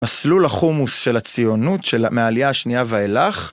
מסלול החומוס של הציונות מהעלייה השנייה ואילך.